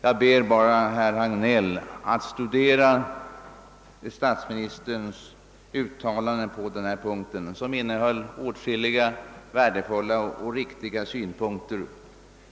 Jag ber bara herr Hagnell att studera statsministerns uttalande på den punkten, som innehöll åtskilliga värdefulla och riktiga synpunkter.